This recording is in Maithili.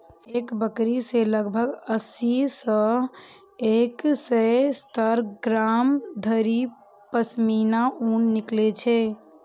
एक बकरी सं लगभग अस्सी सं एक सय सत्तर ग्राम धरि पश्मीना ऊन निकलै छै